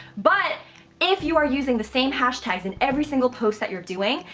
but if you are using the same hashtags in every single post that you're doing,